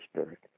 spirit